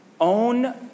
own